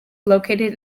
located